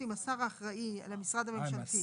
בהתייעצות עם השר האחראי על המשרד הממשלתי,